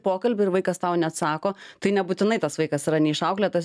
pokalbį ir vaikas tau neatsako tai nebūtinai tas vaikas yra neišauklėtas